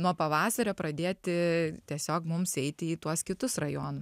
nuo pavasario pradėti tiesiog mums eiti į tuos kitus rajonus